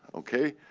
ok.